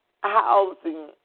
housing